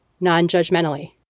non-judgmentally